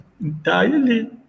entirely